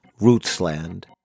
Rootsland